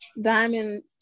Diamond